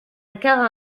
encore